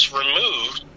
removed